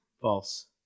False